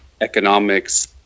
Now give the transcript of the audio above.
economics